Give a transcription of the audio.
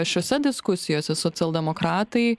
šiose diskusijose socialdemokratai